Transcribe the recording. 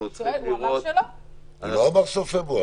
הוא לא אמר סוף פברואר.